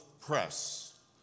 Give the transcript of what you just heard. press